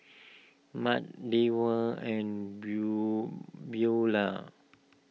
Matt Deward and Brew Beaulah